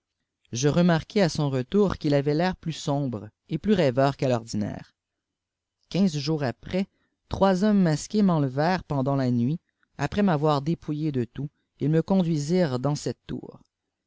je raiarquai à son retour qu'il avait l'air plus sombre et plus rêveur qu'à l'ordinaire quinze jours après trois hommes masqués m'en levèrent pendant la nuit après m'avoir dépouillé de tout ils me conduisirent dans cette tour